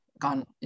gone